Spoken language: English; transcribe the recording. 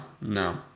no